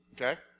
Okay